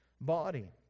body